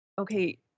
Okay